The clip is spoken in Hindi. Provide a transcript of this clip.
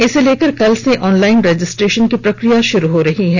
इले लेकर कल से ऑनलाइन रजिस्ट्रेशन की प्रक्रिया शुरू हो रही है